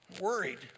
Worried